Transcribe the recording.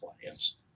clients